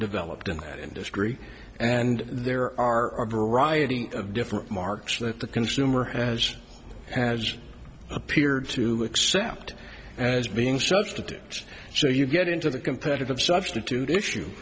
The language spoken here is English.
developed in that industry and there are different marks that the consumer has has appeared to accept as being substitutes so you get into the competitive substitute issue